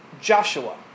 Joshua